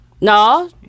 No